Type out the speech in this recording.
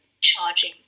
charging